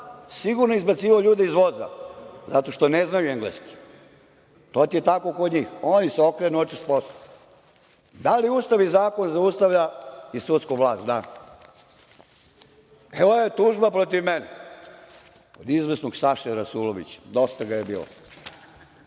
sigurno izbacivao ljude iz voza zato što ne znaju engleski. To ti je tako kod njih, oni se okrenu očas posla. Da li Ustav i zakon zaustavlja i sudsku vlast? Da. Evo je tužba protiv mene, izvesnog Saše Rasulović, Dosta ga je bilo,